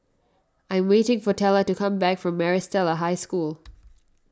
I am waiting for Tella to come back from Maris Stella High School